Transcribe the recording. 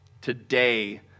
today